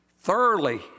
thoroughly